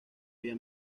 vía